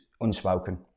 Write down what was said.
unspoken